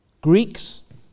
Greeks